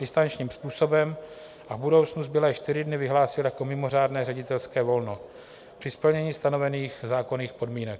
distančním způsobem a v budoucnu zbylé čtyři dny vyhlásil jako mimořádné ředitelské volno při splnění stanovených zákonných podmínek.